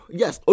yes